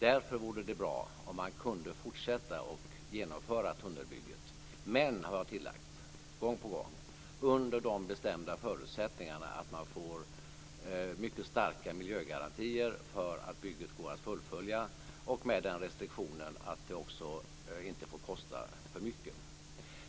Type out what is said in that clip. Därför vore det bra om man kunde fortsätta att genomföra tunnelbygget, men, har jag gång på gång tillagt, under de bestämda förutsättningarna att man får mycket starka miljögarantier för att bygget går att fullfölja och med den restriktionen att det inte heller får kosta för mycket.